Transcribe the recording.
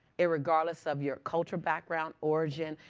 irregardless of your culture, background, origin.